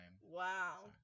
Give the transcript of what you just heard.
Wow